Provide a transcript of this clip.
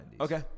Okay